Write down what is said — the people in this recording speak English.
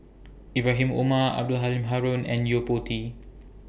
Ibrahim Omar Abdul Halim Haron and Yo Po Tee